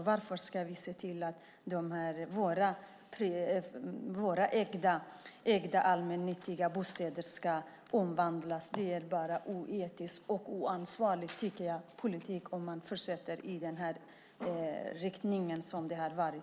Varför ska vi se till att våra ägda allmännyttiga bostäder omvandlas? Det är bara oetisk och oansvarig politik, tycker jag, om man fortsätter i den riktning som det har varit.